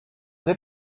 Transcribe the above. did